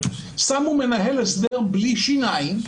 שמו מנהל הסדר בלי שיניים,